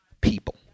people